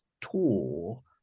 tool